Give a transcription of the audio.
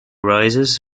rises